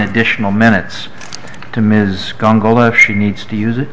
additional minutes to ms she needs to use it